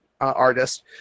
artist